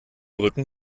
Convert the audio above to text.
rücken